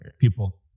people